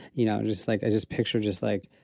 you know, just like, i just picture just like,